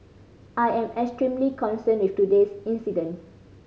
I am extremely concerned with today's incident